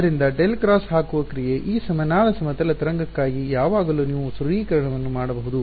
ಆದ್ದರಿಂದ del cross ಹಾಕುವ ಕ್ರಿಯೆ ಈ ಸಮನಾದ ಸಮತಲ ತರಂಗಕ್ಕಾಗಿ ಯವಾಗಲೂ ನೀವು ಈ ಸರಳೀಕರಣವನ್ನು ಮಾಡಬಹುದು